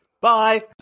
Bye